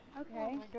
Okay